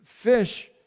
Fish